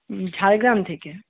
ঝাড়গ্রাম থেকে